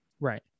right